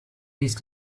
these